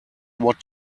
what